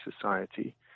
Society